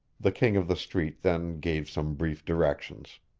the king of the street then gave some brief directions.